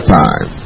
time